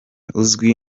uzwi